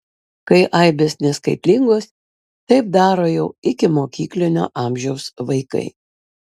kai aibės neskaitlingos taip daro jau ikimokyklinio amžiaus vaikai